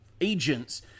agents